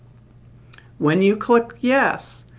when you click yes.